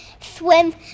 swim